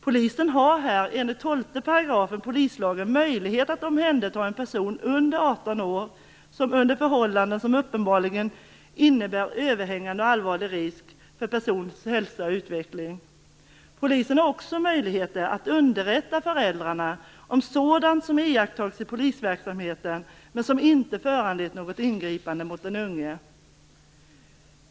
Polisen har enligt 12 § polislagen möjlighet att omhänderta en person under 18 år som anträffas under förhållanden som uppenbarligen innebär överhängande och allvarlig risk för persons hälsa och utveckling. Polisen har också möjlighet att underrätta föräldrar om sådant som iakttagits i polisverksamheten men som inte föranlett något ingripande mot den unge.